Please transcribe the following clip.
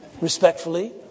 respectfully